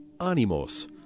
Animos